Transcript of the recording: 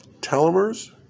telomeres